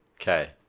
Okay